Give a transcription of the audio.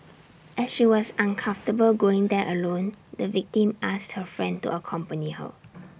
as she was uncomfortable going there alone the victim asked her friend to accompany her